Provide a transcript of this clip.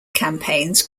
campaigns